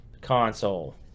console